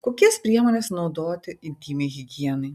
kokias priemones naudoti intymiai higienai